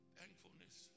thankfulness